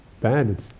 Bad